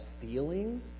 feelings